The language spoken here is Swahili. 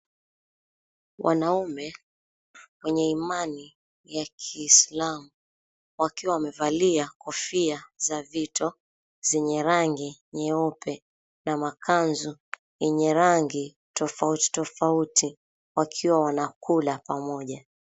Wanaume wenye imani ya kiisalamu, wakiwa wamevalia kofia za vito zenye rangi nyeupe na makanzu yenye rangi tofauti tofauti wakiwa wanakula pamoja.